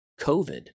COVID